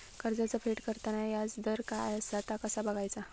कर्जाचा फेड करताना याजदर काय असा ता कसा बगायचा?